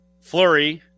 Flurry